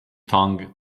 tongue